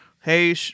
hey